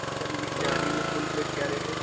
mutton biryani में full plate क्या rate है